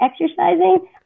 exercising